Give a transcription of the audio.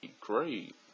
Great